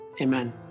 Amen